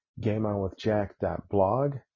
gameonwithjack.blog